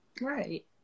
Right